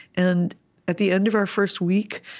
and at the end of our first week,